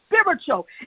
spiritual